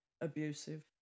abusive